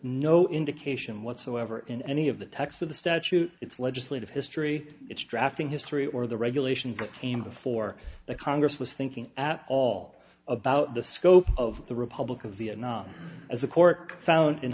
no indication whatsoever in any of the text of the statute its legislative history its drafting history or the regulations that came before the congress was thinking at all about the scope of the republic of vietnam as the court found in